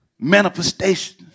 manifestation